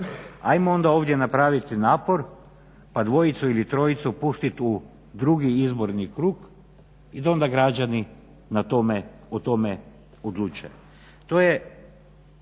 ajmo onda ovdje napraviti napor pa dvojicu ili trojicu pustiti u drugi izborni krug i da onda građani o tome odluče.